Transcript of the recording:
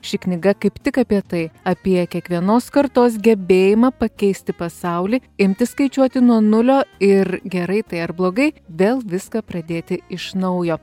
ši knyga kaip tik apie tai apie kiekvienos kartos gebėjimą pakeisti pasaulį imti skaičiuoti nuo nulio ir gerai tai ar blogai vėl viską pradėti iš naujo